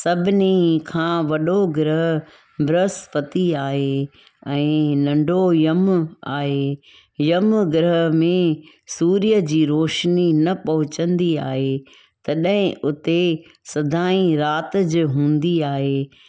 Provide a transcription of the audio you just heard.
सभिनी खां वॾो ग्रह बृहस्पती आहे ऐं नंढो यम आहे यम ग्रह में सूर्य जी रोशनी न पहुचंदी आहे तॾहिं उते सदाई रातज़ हूंदी आहे